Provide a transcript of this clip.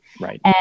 Right